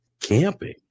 Camping